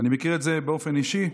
אני מכיר את זה באופן אישי.